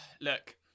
Look